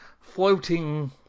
floating